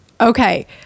Okay